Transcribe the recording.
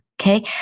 Okay